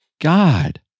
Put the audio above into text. God